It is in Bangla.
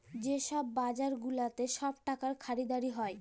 যে ছব বাজার গুলাতে ছব টাকার খরিদারি হ্যয়